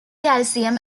calcium